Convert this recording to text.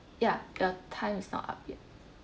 ya the time is not up yet